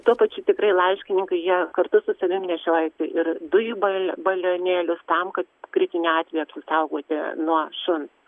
tuo pačiu tikrai laiškininkai jie kartu su savim nešiojasi ir dujų ba balionėlius tam kad kritiniu atveju apsisaugoti nuo šuns